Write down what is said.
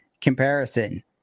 comparison